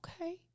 Okay